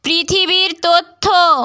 পৃথিবীর তথ্য